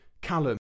Callum